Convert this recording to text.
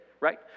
right